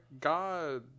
God